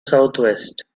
southwest